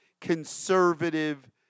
conservative